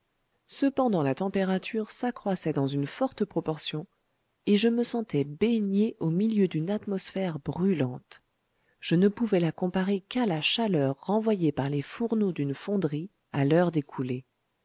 cependant la température s'accroissait dans une forte proportion et je me sentais baigné au milieu d'une atmosphère brûlante je ne pouvais la comparer qu'à la chaleur renvoyée par les fourneaux d'une fonderie à l'heure